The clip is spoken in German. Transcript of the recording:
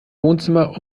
wohnzimmer